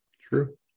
true